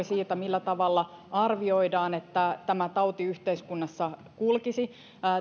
siitä millä tavalla arvioidaan että tämä tauti yhteiskunnassa kulkisi